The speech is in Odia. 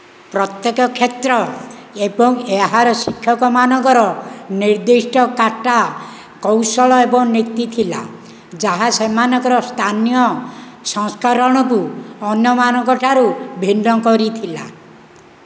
ପ୍ରତ୍ୟେକ କ୍ଷେତ୍ର ଏବଂ ଏହାର ଶିକ୍ଷକମାନଙ୍କର ନିର୍ଦ୍ଦିଷ୍ଟ କାଟା କୌଶଳ ଏବଂ ନୀତି ଥିଲା ଯାହା ସେମାନଙ୍କର ସ୍ଥାନୀୟ ସଂସ୍କରଣକୁ ଅନ୍ୟମାନଙ୍କଠାରୁ ଭିନ୍ନ କରିଥିଲା